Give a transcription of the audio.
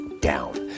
down